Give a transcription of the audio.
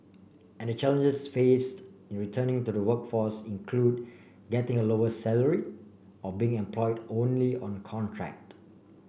and the challenges faced in returning to the workforce include getting a lower salary or being employed only on contract